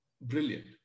brilliant